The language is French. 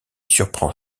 surprend